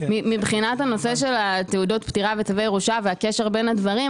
בנושא של תעודות פטירה וצווי ירושה והקשר בין הדברים,